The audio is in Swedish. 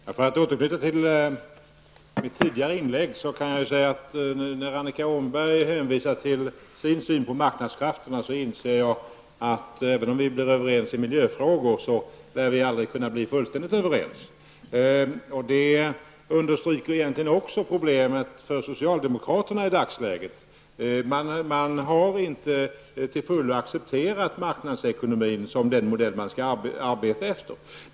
Herr talman! För att återknyta till mitt tidigare inlägg kan jag säga att när Annika Åhnberg nu hänvisar till marknadskrafterna inser jag att, även om vi blir överens i miljöfrågorna, så lär vi aldrig bli fullständigt överens. Det understryker egentligen också problemet för socialdemokraterna i dagsläget. Man har inte till fullo accepterat marknadsekonomin som den modell man skall arbeta efter.